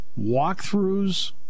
walkthroughs